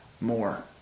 more